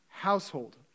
household